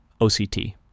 OCT